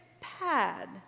pad